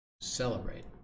Celebrate